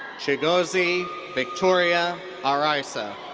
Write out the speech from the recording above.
chigozie victoria arisa.